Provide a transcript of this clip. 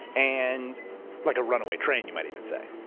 and like a runaway train, you might even say.